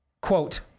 quote